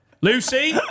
Lucy